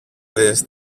δεις